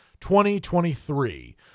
2023